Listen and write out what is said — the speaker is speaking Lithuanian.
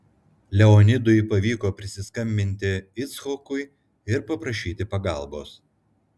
leonidui pavyko prisiskambinti icchokui ir paprašyti pagalbos